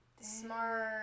Smart